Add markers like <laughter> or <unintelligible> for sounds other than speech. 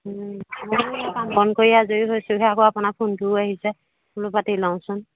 <unintelligible> কাম বন কৰি আজৰি হৈছোঁহে আকৌ আপোনাক ফোনটোও আহিছে বোলো পাতি লওঁচোন